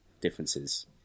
differences